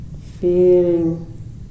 feeling